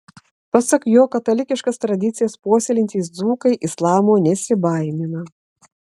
pasak jo katalikiškas tradicijas puoselėjantys dzūkai islamo nesibaimina